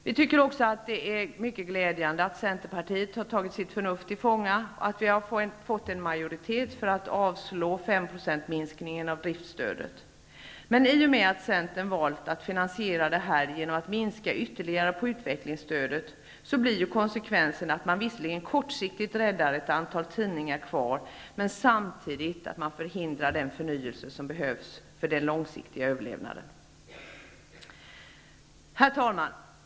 Det är naturligtvis mycket glädjande att Centerpartiet har tagit sitt förnuft till fånga och att vi har fått en majoritet för att avslå den 5 procentiga minskningen av driftsstödet. Men i och med att Centern valt att finansiera detta genom att minska ytterligare på utvecklingsstödet, blir konsekvensen att man visserligen kortsiktigt räddar ett antal tidningar kvar, men samtidigt förhindrar man den förnyelse som behövs för den långsiktiga överlevnaden. Herr talman!